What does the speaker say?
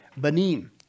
Benin